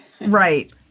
Right